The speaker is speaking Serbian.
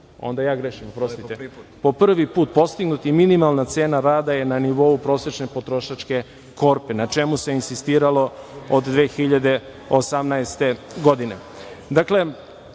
ja grešim. Oprostite. Po prvi put je postignut. Minimalna cena rada je na nivou prosečne potrošačke korpe, na čemu se insistiralo od 2018. godine. Dakle,